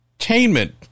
entertainment